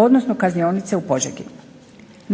odnosno kaznionice u Požegi.